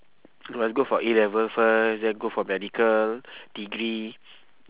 must go for A-level first then go for medical degree